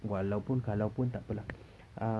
walaupun kalau pun takpe lah uh